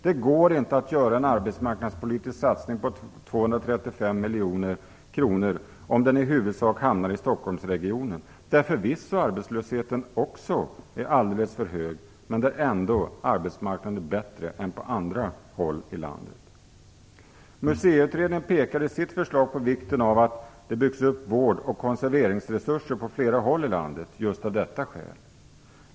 Det går inte att göra en arbetsmarknadspolitisk satsning på 235 miljoner kronor om den i huvudsak hamnar i Stockholmsregionen, där förvisso arbetslösheten också är alldeles för hög men där ändå arbetsmarknaden är bättre än på andra håll i landet. Museiutredningen pekar i sitt förslag på vikten av att det byggs upp vård och konserveringsresurser på flera håll i landet, just av detta skäl.